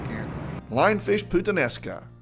lionfish puttanesca.